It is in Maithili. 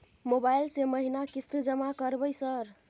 मोबाइल से महीना किस्त जमा करबै सर?